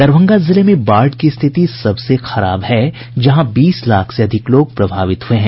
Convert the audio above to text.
दरभंगा जिले में बाढ की स्थिति सबसे खराब है जहां बीस लाख से अधिक लोग प्रभावित हुए हैं